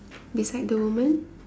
beside the woman